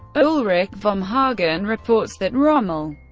ulrich vom hagen reports that rommel,